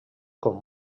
com